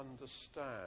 understand